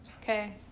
okay